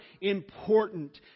important